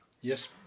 Yes